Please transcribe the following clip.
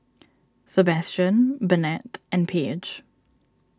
Sebastian Burnett and Paige